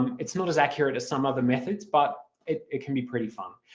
it's not as accurate as some other methods but it it can be pretty fun.